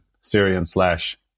Syrian-slash-